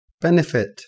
benefit